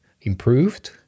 improved